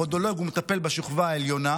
הפודולוג מטפל בשכבה העליונה.